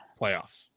playoffs